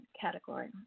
category